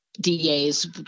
DAs